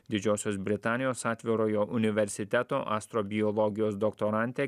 didžiosios britanijos atvirojo universiteto astro biologijos doktorantė